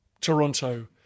Toronto